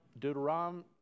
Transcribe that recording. Deuteronomy